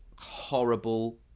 horrible